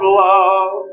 love